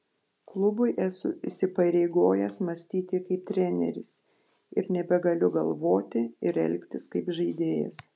klubui esu įsipareigojęs mąstyti kaip treneris ir nebegaliu galvoti ir elgtis kaip žaidėjas